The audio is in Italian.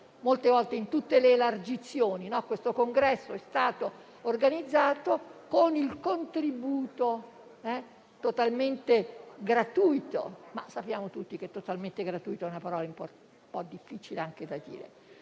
molte volte in tutte le elargizioni («questo congresso è stato organizzato con il contributo totalmente gratuito»). Ma sappiamo tutti che totalmente gratuito è una parola un po' difficile anche da dire.